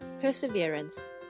perseverance